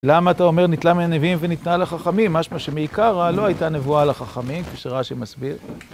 למה אתה אומר ניתנה מן הנביאים וניתנה לחכמים? משהו שמעיקר לא הייתה נבואה לחכמים, כשרה שמסביר.